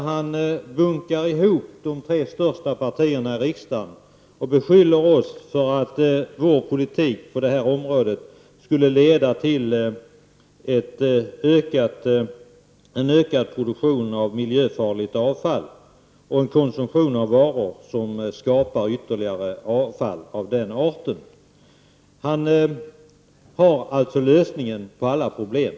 Han buntar ihop de tre största partierna i riksdagen och beskyller oss för att vår politik på detta område skulle leda till en ökad produktion av miljöfarligt avfall och till en varukonsumtion som skapar ytterligare avfall av den arten. Han har lösningen på alla problem.